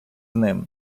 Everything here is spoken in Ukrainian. ним